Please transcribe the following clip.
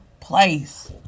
place